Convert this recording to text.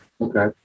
Okay